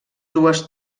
dues